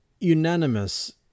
unanimous